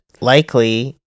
likely